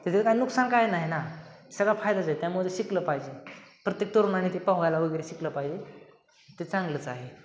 त्याच्यात काय नुकसान काय नाही ना सगळं फायदाच आहे त्यामुळे शिकलं पाहिजे प्रत्येक तरुणाने ते पोहायला वगैरे शिकलं पाहिजे ते चांगलंच आहे